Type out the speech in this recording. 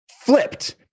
flipped